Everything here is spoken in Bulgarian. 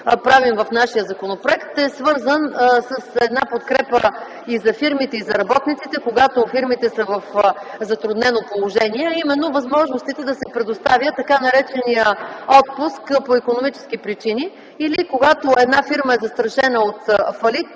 правим в нашия законопроект, е свързан с подкрепа за фирмите и работниците, когато фирмите са в затруднено положение, а именно възможностите да се предоставя тъй нареченият отпуск по икономически причини – когато една фирма е застрашена от фалит,